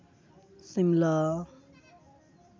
ᱥᱤᱢᱞᱟ